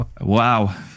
Wow